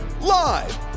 Live